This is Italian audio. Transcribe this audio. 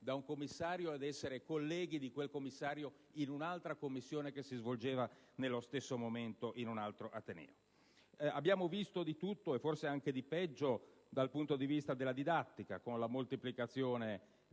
da un commissario ed essere colleghi di quel commissario in un'altra commissione, che si svolgeva nello stesso momento in un altro ateneo. Abbiamo visto di tutto e forse anche di peggio dal punto di vista della didattica, con la moltiplicazione